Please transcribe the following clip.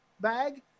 bag